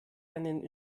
einen